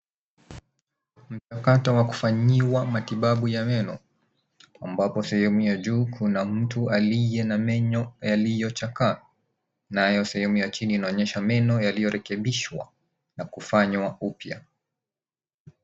Mchakato wa kufanyiwa matibabu ya meno ambapo sehemu ya juu kuna mtu aliye na meno yaliyochakaa, nayo sehemu ya chini inaonyesha meno yaliyorekebishwa na kufanywa upya.